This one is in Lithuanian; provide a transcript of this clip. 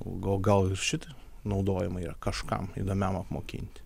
o gal ir šita naudojama yra kažkam įdomiam apmokinti